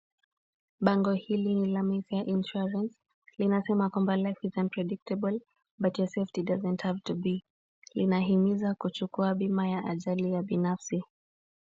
Bango hili ni la Mayfair insurance, linasema kwamba life is unpredictable but your safety doesnt have to be . Linahimiza kuchukua bima ya ajali ya binafsi.